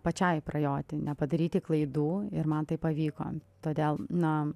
pačiai prajoti nepadaryti klaidų ir man tai pavyko todėl na